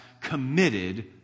committed